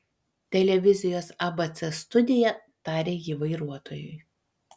televizijos abc studija tarė ji vairuotojui